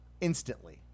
Instantly